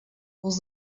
els